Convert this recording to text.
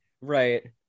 Right